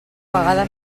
vegada